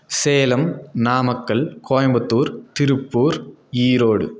Salem Namakkal Coimbatore Tiruppur Erode